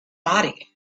body